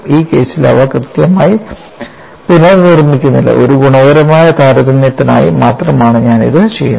ഈ കേസിൽ അവ കൃത്യമായി പുനർനിർമ്മിക്കുന്നില്ല ഒരു ഗുണപരമായ താരതമ്യത്തിനായി മാത്രമാണ് ഞാൻ ഇത് ചെയ്യുന്നത്